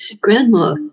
Grandma